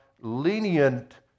lenient